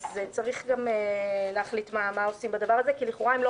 אז צריך גם להחליט מה עושים בעניין הזה,